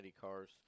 cars